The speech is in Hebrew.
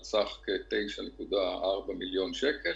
על סך כ-9.4 מיליון שקל.